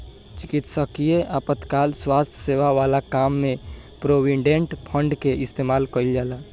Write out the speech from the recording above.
चिकित्सकीय आपातकाल स्वास्थ्य सेवा वाला काम में प्रोविडेंट फंड के इस्तेमाल कईल जाला